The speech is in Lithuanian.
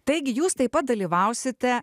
taigi jūs taip pat dalyvausite